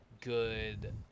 good